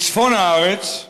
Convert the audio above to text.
בצפון הארץ,